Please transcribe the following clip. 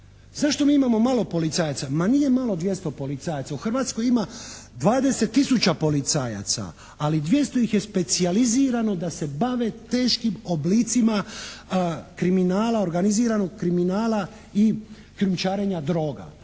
Zašto mi imamo malo policajaca? Ma nije malo dvjesto policajaca. U Hrvatskoj ima 20 tisuća policajaca, ali 200 ih je specijalizirano da se bave teškim oblicima kriminala, organiziranog kriminala i krijumčarenja droga.